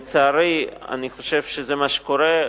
לצערי, אני חושב שזה מה שקורה.